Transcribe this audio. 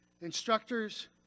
instructors